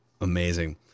Amazing